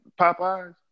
Popeyes